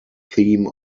theme